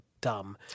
dumb